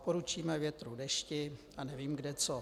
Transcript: Poručíme větru, dešti a nevím kde co.